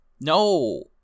No